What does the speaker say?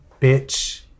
bitch